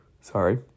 sorry